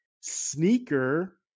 sneaker